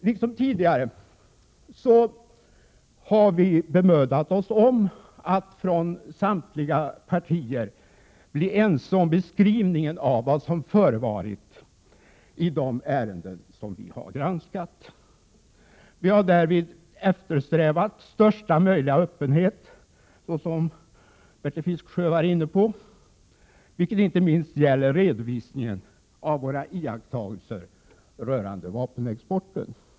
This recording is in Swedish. Liksom tidigare har vi bemödat oss om att från samtliga partier bli ense om beskrivningen av vad som har förevarit i de ärenden som vi har granskat. Vi har därvidlag eftersträvat största möjliga öppenhet, som Bertil Fiskesjö var inne på, inte minst när det gäller redovisningen av våra iakttagelser rörande vapenexporten.